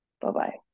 Bye-bye